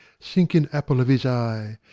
sink in apple of his eye.